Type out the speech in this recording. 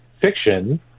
fiction